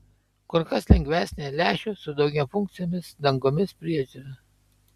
kur kas lengvesnė lęšių su daugiafunkcėmis dangomis priežiūra